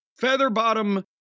Featherbottom